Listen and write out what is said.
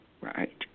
right